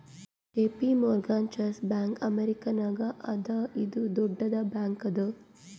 JP Morgan Chase bank ಅಮೇರಿಕಾನಾಗ್ ಅದಾ ಇದು ದೊಡ್ಡುದ್ ಬ್ಯಾಂಕ್ ಅದಾ